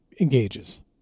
engages